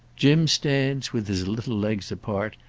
jim stands, with his little legs apart,